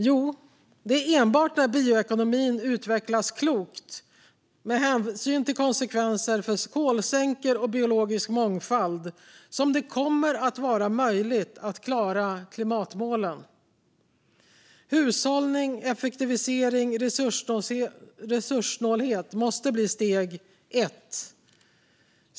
Jo, det är enbart när bioekonomin utvecklas klokt med hänsyn till konsekvenserna för kolsänkor och biologisk mångfald som det kommer att vara möjligt att klara klimatmålen. Hushållning, effektivisering och resurssnålhet måste bli steg ett.